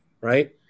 right